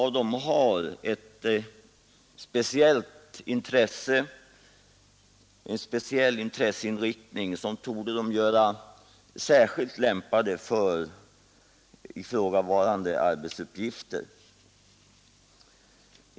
Många av de studerande vid folkhögskolorna har en speciell intresseinriktning, som torde göra dem särskilt lämpade för ifrågavarande arbetsuppgifter.